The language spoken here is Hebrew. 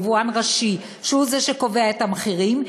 יבואן ראשי שהוא זה שקובע את המחירים,